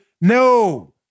no